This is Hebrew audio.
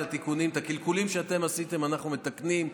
את הקלקולים שאתם עשיתם אנחנו מתקנים,